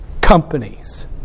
companies